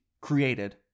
created